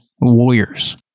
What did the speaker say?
warriors